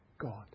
God